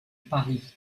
paris